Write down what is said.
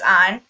on